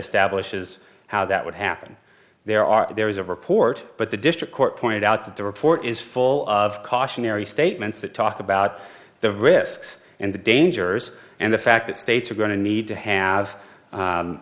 establishes how that would happen there are there is a report but the district court pointed out that the report is full of cautionary statements that talk about the risks and the dangers and the fact that states are going to need to have